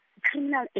criminal